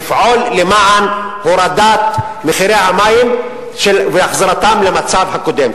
לפעול למען הורדת מחירי המים והחזרתם למצב הקודם.